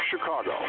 Chicago